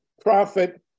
profit